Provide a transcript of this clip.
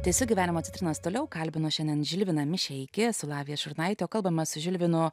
tęsiu gyvenimo citrinas toliau kalbino šiandien žilviną mišeikį esu lavija šurnaitė o kalbama su žilvinu